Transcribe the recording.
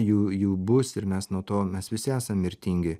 jų jų bus ir mes nuo to mes visi esam mirtingi